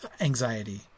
anxiety